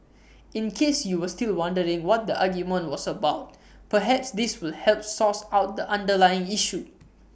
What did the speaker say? in case you were still wondering what the argument was about perhaps this will help source out the underlying issue